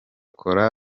kora